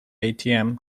atm